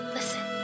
Listen